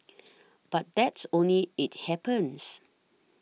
but that's only it happens